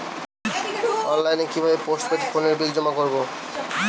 অনলাইনে কি ভাবে পোস্টপেড ফোনের বিল জমা করব?